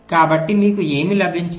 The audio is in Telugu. కాబట్టి మీకు ఏమి లభించింది